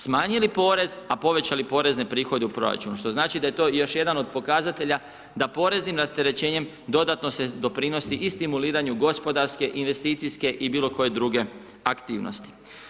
Smanjili porez, a povećali porezne prihode u proračunu, što znači da je to još jedan od pokazatelja da poreznim rasterećenjem dodatno se doprinosi i stimuliranju gospodarske, investicijske i bilo koje druge aktivnosti.